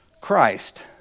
Christ